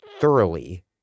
thoroughly